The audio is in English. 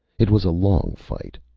it was a long fight.